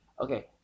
Okay